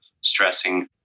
stressing